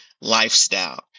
lifestyle